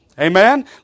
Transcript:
Amen